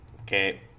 Okay